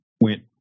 went